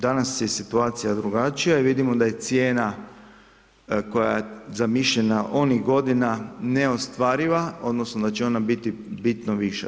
Danas je situacija drugačija i vidimo da je cijena koja je zamišljena onih godina neostvariva odnosno da će ona biti bitno viša.